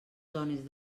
zones